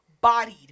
bodied